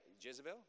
Jezebel